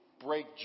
break